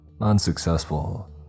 Unsuccessful